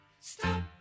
stop